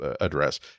address